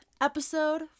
episode